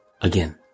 Again